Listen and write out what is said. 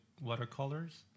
watercolors